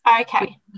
Okay